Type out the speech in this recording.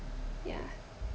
yeah